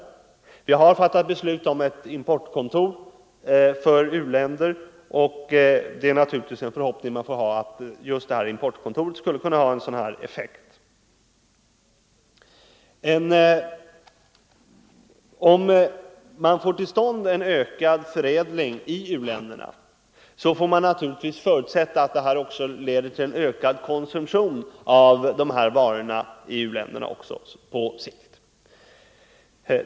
Vi har fattat beslut om ett importkontor för u-länder, och man får naturligtvis hoppas att just detta importkontor skulle kunna ha en sådan effekt. Om man får till stånd en ökad råvaruförädling i u-länder får vi förutsätta att detta också på sikt leder till ökad konsumtion av dessa varor i u länderna.